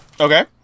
Okay